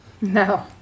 No